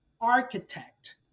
architect